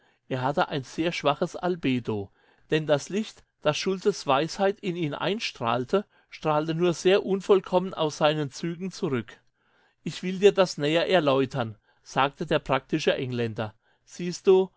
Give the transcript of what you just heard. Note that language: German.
er hatte ein sehr schwaches albedo denn das licht das schultzes weisheit in ihn einstrahlte strahlte nur sehr unvollkommen aus seinen zügen zurück ich will dir das näher erläutern sagte der praktische engländer siehst du